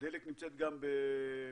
דלק נמצאת גם בלווייתן,